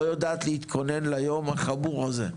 לא יודעת להתכונן ליום החמור הזה.